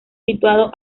situado